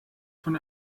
von